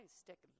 stick